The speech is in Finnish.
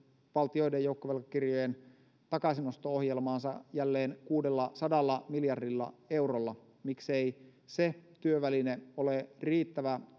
valtioiden joukkovelkakirjojen takaisinosto ohjelmaansa jälleen kuudellasadalla miljardilla eurolla miksei se työväline ole riittävä